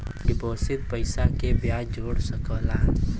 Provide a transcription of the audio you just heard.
deposit पइसा के बियाज जोड़ सकला